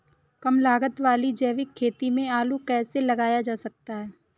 कम लागत वाली जैविक खेती में आलू कैसे लगाया जा सकता है?